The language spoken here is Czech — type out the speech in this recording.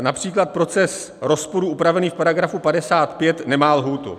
Například proces rozporů upravených v § 55 nemá lhůtu.